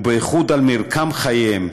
ובייחוד על מרקם חייהם,